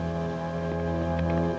and